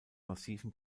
massiven